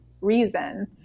reason